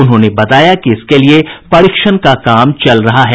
उन्होंने बताया कि इसके लिये परीक्षण का काम चल रहा है